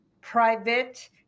private